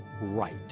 right